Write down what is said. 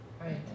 Right